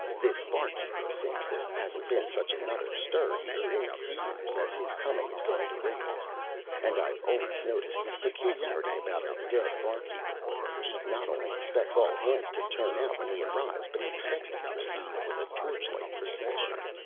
this barkeeper thinks there hasn't been such another stir here in years, as his coming is going to raise and i've always noticed this peculiarity about a dead barkeeper he not only expects all hands to turn out when he arrives, but he expects to be received with a torchlight procession.